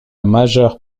majeure